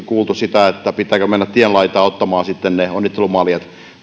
kuultu että pitääkö mennä tienlaitaan ottamaan ne onnittelumaljat